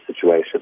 situation